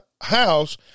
house